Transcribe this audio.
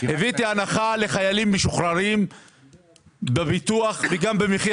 הבאתי הנחה לחיילים משוחררים בפיתוח וגם במחיר